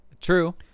True